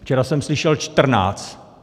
Včera jsem slyšel 14!